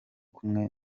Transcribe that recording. kumwe